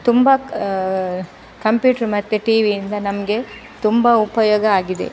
ತುಂಬ ಕಂಪ್ಯೂಟ್ರ್ ಮತ್ತು ಟಿವಿಯಿಂದ ನಮಗೆ ತುಂಬ ಉಪಯೋಗ ಆಗಿದೆ